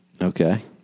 okay